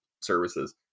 services